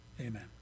Amen